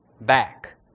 back